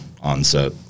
onset